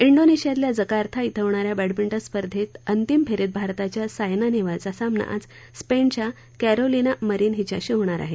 इंडोनेशियातल्या Jakarta इथं होणा या बॅडमिंटन स्पर्धेत अंतिम फेरीत भारताच्या सायना नेहवालचा सामना आज स्पेनच्या कॅरोलिना मरीन हिच्याशी होणार आहे